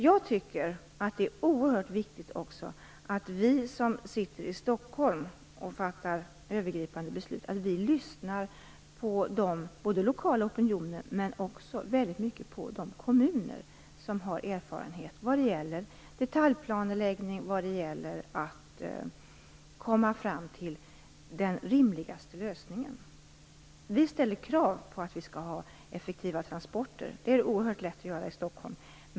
Jag tycker också att det är oerhört viktigt att vi som sitter i Stockholm och fattar övergripande beslut lyssnar både på lokala opinioner och också på de kommuner som har erfarenhet vad det gäller detaljplaneläggning och vad det gäller att komma fram till den rimligaste lösningen. Vi ställer krav på effektiva transporter; det är det oerhört lätt att göra i Stockholm.